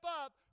up